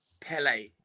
Pele